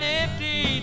empty